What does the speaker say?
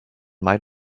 might